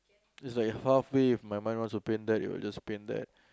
is like half way if my mind wants to paint that it will just paint that